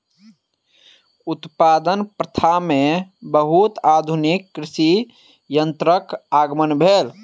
उत्पादन प्रथा में बहुत आधुनिक कृषि यंत्रक आगमन भेल